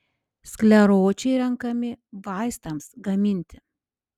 skleročiai renkami vaistams gaminti